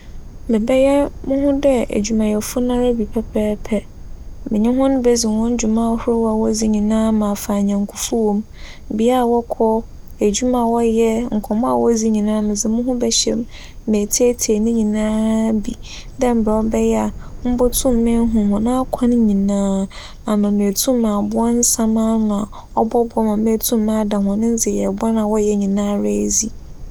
Mebɛyɛ moho dɛ edwumayɛfo no bi pɛpɛɛpɛ. Menye hͻn bedzi hͻn dwuma ahorow nyinaa m'afa anyɛnkofo wͻ mu. Bea wͻkͻ, edwuma a wͻyɛ, nkͻmbͻ a wodzi nyinaa medze moho bɛhyɛ mu metsietsie ne nyinara bi dɛ mbrɛ ͻbɛyɛ a mobotum meehu hͻn akwan nyinaa ama meetum m'aboa nsɛm ano a ͻbͻboa ma meetum m'ada hͻn ndzeyɛɛ bͻn nyinara edzi.